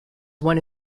one